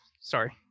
Sorry